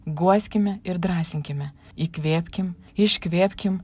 guoskime ir drąsinkime įkvėpkim iškvėpkim